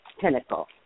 pinnacle